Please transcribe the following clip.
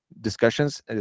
discussions